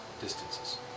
distances